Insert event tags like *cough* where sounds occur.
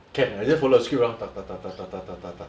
can I just follow the script lor *noise*